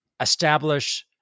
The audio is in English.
establish